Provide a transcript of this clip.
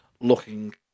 looking